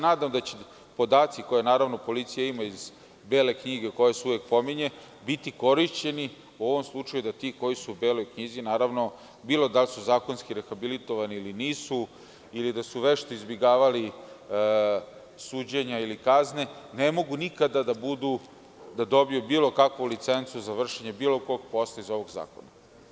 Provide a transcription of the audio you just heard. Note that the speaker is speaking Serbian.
Nadam se da će podaci koje policija imati iz bele knjige, koja se uvek pominje, biti korišćeni u ovom slučaju da ti koji su u beloj knjizi, bilo da li su zakonski rehabilitovani ili nisu ili da su vešto izbegavali suđenja ili kazne, ne mogu nikada da dobiju bilo kakvu licencu za vršenje bilo kog posla iz ovog zakona.